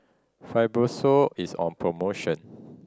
Fibrosol is on promotion